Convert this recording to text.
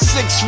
Six